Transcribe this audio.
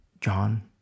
John